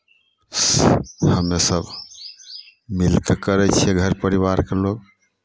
हमेसभ मिल कऽ करै छियै घर परिवारके लोक